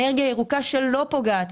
אנרגיה ירוקה שלא פוגעת,